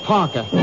Parker